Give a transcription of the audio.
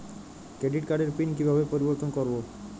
Credit কার্ডের pin কিভাবে পরিবর্তন করবো?